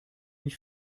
mich